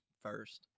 first